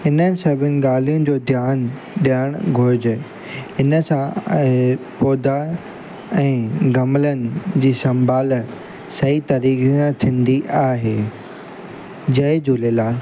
हिन सभिनी ॻाल्हुनि जो ध्यानु ॾियण घुरिजे हिन सां ऐं पौधा ऐं गमलनि जी संभाल सही तरीक़े सां थींदी आहे जय झूलेलाल